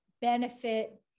benefit